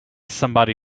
somebody